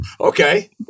okay